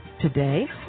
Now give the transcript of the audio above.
today